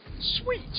Sweet